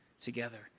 together